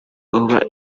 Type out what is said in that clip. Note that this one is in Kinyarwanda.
uba